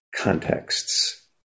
contexts